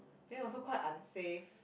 then also quite unsafe